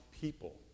people